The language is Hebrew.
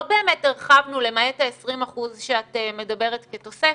לא באמת הרחבנו, למעט ה-20% שאת מדברת כתוספת.